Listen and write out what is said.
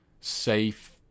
safe